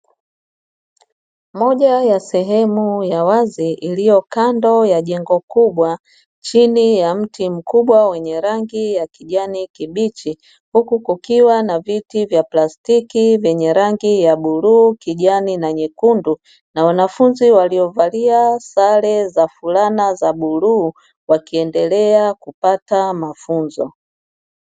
Moja ya sehemu ya wazi iliyo kando ya jengo kubwa chini ya mti mkubwa wenye rangi ya kijani kibichi, huku kukiwa na viti vya plastiki vyenye rangi ya: bluu, kijani na nyekundu; na wanafunzi waliovalia sare za fulana za bluu wakiendelea kupata mafunzo.